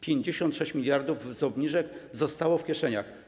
56 mld zł z obniżek zostało w kieszeniach.